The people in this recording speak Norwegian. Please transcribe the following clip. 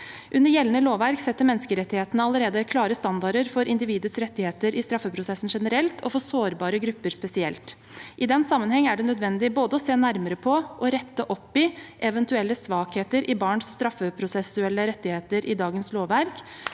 Under gjeldende lovverk setter menneskerettighetene allerede klare standarder for individets rettigheter i straffeprosessen generelt og for sårbare grupper spesielt. I den sammenheng er det nødvendig å se nærmere på og rette opp i eventuelle svakheter i barns straffeprosessuelle rettigheter i dagens lovverk,